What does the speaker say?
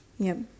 ya